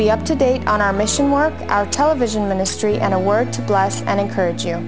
be up to date on our mission work our television ministry and work to blast and encourage you